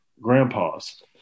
grandpas